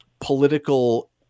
political